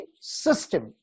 system